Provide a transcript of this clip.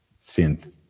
synth